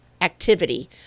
activity